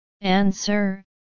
Answer